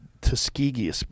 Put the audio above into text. Tuskegee